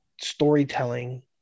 storytelling